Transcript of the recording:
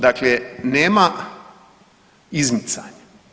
Dakle, nema izmicanja.